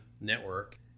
network